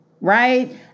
right